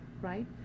right